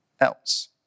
else